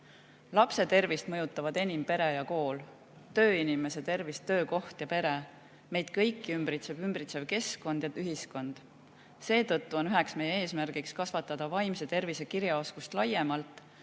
Lapse tervist mõjutavad enim pere ja kool, tööinimese tervist töökoht ja pere, meid kõiki ümbritsev keskkond ja ühiskond. Seetõttu on üks eesmärk kasvatada vaimse tervise kirjaoskust laiemalt